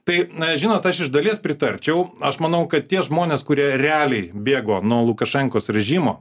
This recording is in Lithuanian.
tai na žinot aš iš dalies pritarčiau aš manau kad tie žmonės kurie realiai bėgo nuo lukašenkos režimo